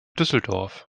düsseldorf